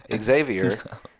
Xavier